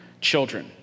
children